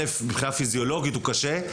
מבחינה פיזיולוגית הוא קשה,